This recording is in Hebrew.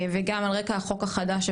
וגם על רקע החוק החדש,